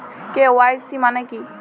KYC মানে কী?